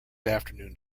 afternoon